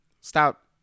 Stop